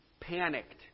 panicked